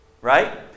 Right